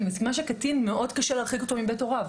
אני מסכימה שקטין מאוד קשה להרחיק מבית הוריו.